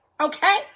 Okay